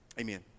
amen